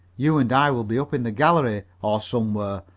you and i will be up in the gallery, or somewhere,